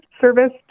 service